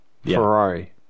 Ferrari